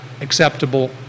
acceptable